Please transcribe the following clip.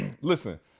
listen